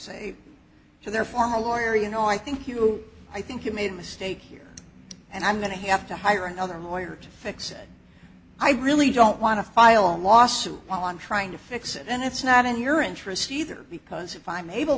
say to their former lawyer you know i think you i think you made a mistake here and i'm going to have to hire another more year to fix it i really don't want to file a lawsuit on trying to fix it and it's not in your interest either because if i'm able